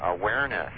awareness